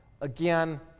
again